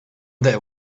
there